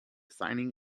signing